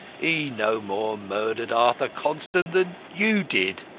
he no more murdered arthur constant than you did!